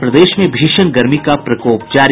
और प्रदेश में भीषण गर्मी का प्रकोप जारी